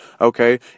Okay